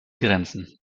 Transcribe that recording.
grenzen